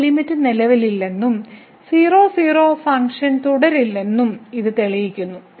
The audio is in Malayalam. എന്നാൽ ലിമിറ്റ് നിലവിലില്ലെന്നും 00 ഫംഗ്ഷൻ തുടരില്ലെന്നും ഇത് തെളിയിക്കുന്നു